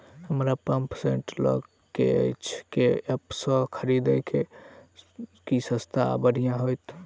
हमरा pump set लय केँ अछि केँ ऐप सँ खरिदियै की सस्ता आ बढ़िया हेतइ?